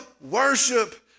worship